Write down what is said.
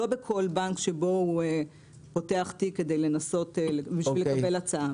לא בכל בנק שבו הוא פותח תיק בשביל לקבל הצעה.